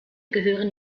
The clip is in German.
gehören